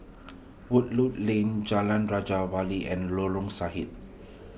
Woodleigh Lane Jalan Raja Wali and Lorong Sarhad